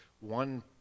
one